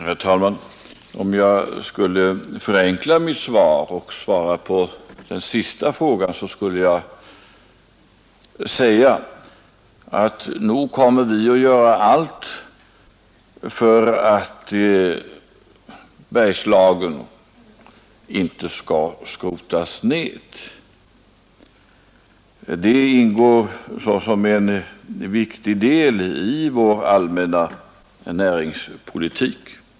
Herr talman! Om jag skulle förenkla mitt svar till att bara gälla den sista frågan skulle jag säga: nog kommer vi att göra allt för att Bergslagen inte skall skrotas ned. Att undvika detta ingår såsom en viktig del i vår allmänna näringspolitik.